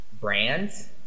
brands